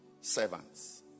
servants